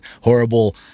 horrible